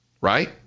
right